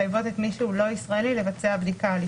לא לגבי כמויות הנבדקים מקבוצות האוכלוסייה השונות ולא